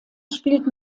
spielt